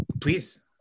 please